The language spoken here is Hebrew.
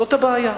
זאת הבעיה.